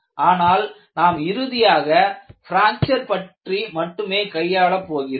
ஆனால் நாம் இறுதியாக பிராக்சர் பற்றி மட்டுமே கையாளப் போகிறோம்